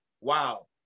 wow